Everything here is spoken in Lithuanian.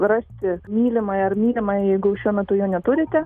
rasti mylimąją ar mylimąjį jeigu šiuo metu jo neturite